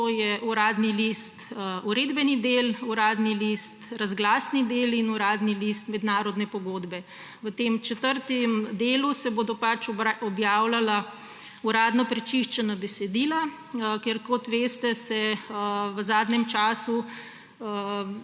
to je Uradni list – uredbeni del, Uradni list – razglasni del in Uradni list – mednarodne pogodbe. V tem četrtem delu se bodo objavljala uradno prečiščena besedila, ker kot veste, se v zadnjem času